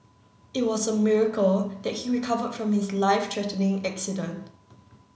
it was a miracle that he recovered from his life threatening accident